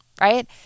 right